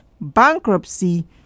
bankruptcy